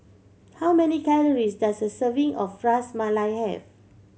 how many calories does a serving of Ras Malai have